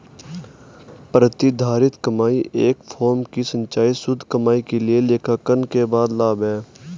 प्रतिधारित कमाई एक फर्म की संचयी शुद्ध कमाई के लिए लेखांकन के बाद लाभ है